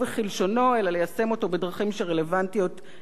אלא ליישם אותו בדרכים שרלוונטיות לתקופה.